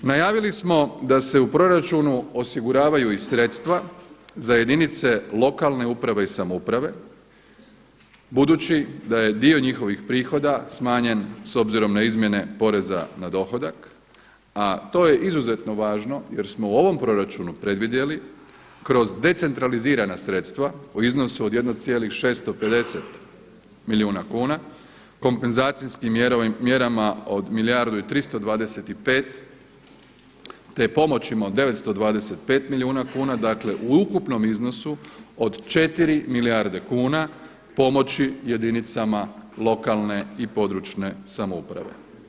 Najavili smo da se u proračunu osiguravaju i sredstva za jedinice lokalne uprave i samouprave, budući da je dio njihovih prihoda smanjen s obzirom na izmjene poreza na dohodak, a to je izuzetno važno jer smo u ovom proračunu predvidjeli kroz decentralizirana sredstva u iznosu od 1,650 milijuna kuna, kompenzacijskim mjerama od milijardu i 325, te pomoćima od 925 milijuna kuna, dakle u ukupnom iznosu od četiri milijarde kuna pomoći jedinicama lokalne i područne samouprave.